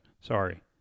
sorry